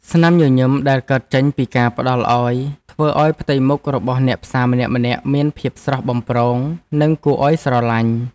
ស្នាមញញឹមដែលកើតចេញពីការផ្ដល់ឱ្យធ្វើឱ្យផ្ទៃមុខរបស់អ្នកផ្សារម្នាក់ៗមានភាពស្រស់បំព្រង និងគួរឱ្យស្រឡាញ់។